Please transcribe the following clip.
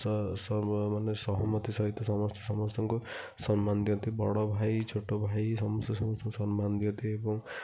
ସ ସ ମାନେ ସହମତି ସହିତ ସମସ୍ତେ ସମସ୍ତଙ୍କୁ ସମ୍ମାନ ଦିଅନ୍ତି ବଡ଼ ଭାଇ ଛୋଟ ଭାଇ ସମସ୍ତେ ସମସ୍ତଙ୍କୁ ସମ୍ମାନ ଦିଅନ୍ତି ଏବଂ